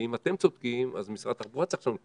אם אתם צודקים אז משרד התחבורה צריך לשנות כיוון,